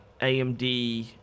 amd